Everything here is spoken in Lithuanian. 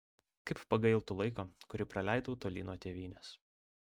kaip pagailtų laiko kurį praleidau toli nuo tėvynės